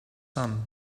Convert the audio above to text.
son